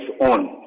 on